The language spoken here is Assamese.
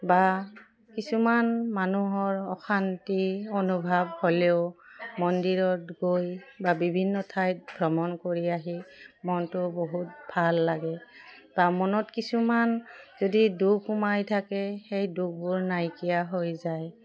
বা কিছুমান মানুহৰ অশান্তি অনুভৱ হ'লেও মন্দিৰত গৈ বা বিভিন্ন ঠাইত ভ্ৰমণ কৰি আহি মনটো বহুত ভাল লাগে বা মনত কিছুমান যদি দুখ সোমাই থাকে সেই দুখবোৰ নাইকিয়া হৈ যায়